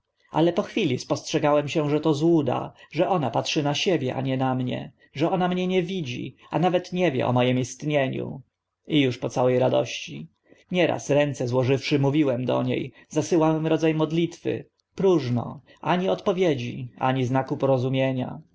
ale po chwili spostrzegłem się że to złuda że ona patrzy na siebie a nie na mnie że ona mię nie widzi a nawet nie wie o moim istnieniu i uż po całe radości nieraz ręce złożywszy mówiłem do nie zasyłałem rodza modlitwy próżno ani odpowiedzi ani znaku porozumienia